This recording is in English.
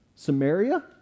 Samaria